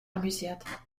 amüsiert